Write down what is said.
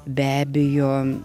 be abejo